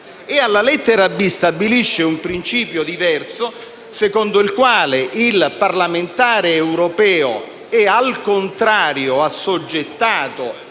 il testo stabilisce un principio diverso secondo il quale il parlamentare europeo è, al contrario, assoggettato